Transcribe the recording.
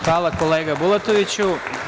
Hvala kolega Bulatoviću.